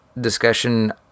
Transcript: discussion